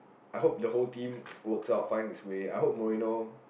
I hope the whole team works out find it's way I hope Mourinho